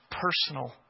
personal